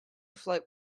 flight